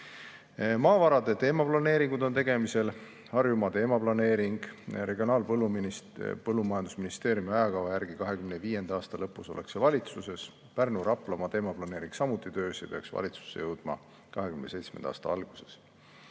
Maavarade teemaplaneeringud on tegemisel. Harjumaa teemaplaneering on Regionaal‑ ja Põllumajandusministeeriumi ajakava järgi 2025. aasta lõpus valitsuses. Pärnu‑ ja Raplamaa teemaplaneering on samuti töös ja peaks valitsusse jõudma 2027. aasta alguses.